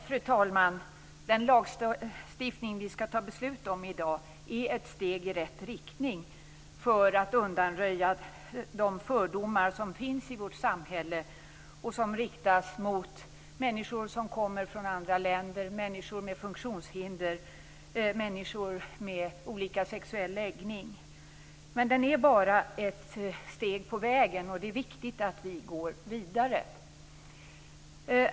Fru talman! Den lagstiftning som vi skall fatta beslut om i dag är ett steg i rätt riktning för att undanröja de fördomar som finns i vårt samhälle och som riktas mot människor som kommer från andra länder, människor med funktionshinder och människor med olika sexuell läggning. Men den är bara ett steg på vägen. Det är viktigt att vi går vidare.